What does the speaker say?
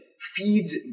feeds